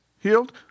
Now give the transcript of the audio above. healed